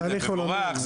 זה לא מבורך,